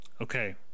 Okay